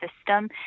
system